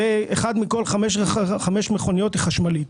ואחד מכל חמש מכוניות היא חשמלית.